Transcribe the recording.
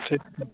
ठीक छै